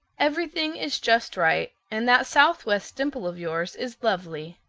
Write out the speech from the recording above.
everything is just right, and that southwest dimple of yours is lovely.